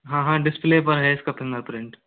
हाँ हाँ डिस्प्ले पर है इसका फिंगरप्रिंट